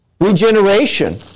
Regeneration